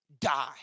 die